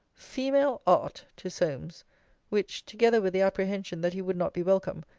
female art! to solmes which, together with the apprehension that he would not be welcome,